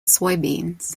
soybeans